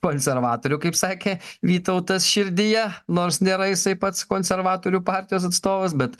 konservatorių kaip sakė vytautas širdyje nors nėra jisai pats konservatorių partijos atstovas bet